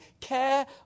care